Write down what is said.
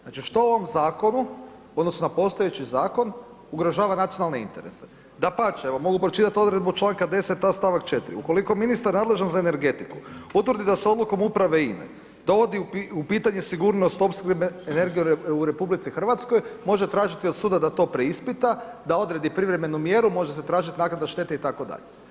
Znači što u ovom zakonu odnosno na postojeći zakon ugrožava nacionalne interese, dapače, evo mogu pročitati odredbu članka 10. a stavak 4. Ukoliko ministar nadležan za energetiku utvrdi da se odlukom uprave INA-e dovodi u pitanje sigurnosti opskrbe energijom u RH, može tražiti od suda da to preispita, da odredi privremenu mjeru, može zatražiti naknadu štete itd.